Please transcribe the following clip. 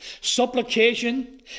Supplication